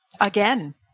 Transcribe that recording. Again